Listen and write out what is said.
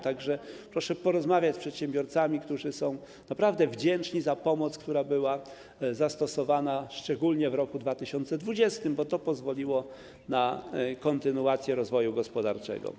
Tak więc proszę porozmawiać z przedsiębiorcami, którzy są naprawdę wdzięczni za pomoc, która była zastosowana, szczególnie w roku 2020, bo to pozwoliło na kontynuację rozwoju gospodarczego.